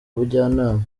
ubujyanama